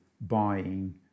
buying